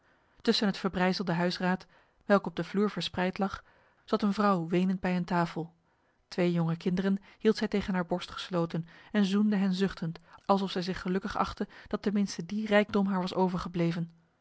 tussen het verbrijzelde huisraad welke op de vloer verspreid lag zat een vrouw wenend bij een tafel twee jonge kinderen hield zij tegen haar borst gesloten en zoende hen zuchtend alsof zij zich gelukkig achtte dat tenminste die rijkdom haar was overgebleven